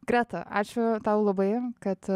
greta ačiū tau labai kad